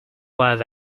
live